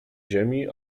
ziemi